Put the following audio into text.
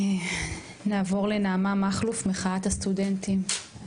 נעבור לנעמה מכלוף, מחאת הסטודנטים.